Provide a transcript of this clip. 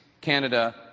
Canada